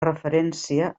referència